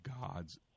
God's